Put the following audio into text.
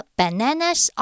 bananas